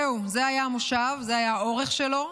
זהו, זה היה המושב, זה היה האורך שלו,